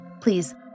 please